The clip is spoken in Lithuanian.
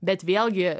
bet vėlgi